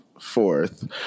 fourth